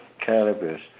cannabis